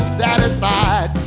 satisfied